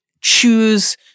choose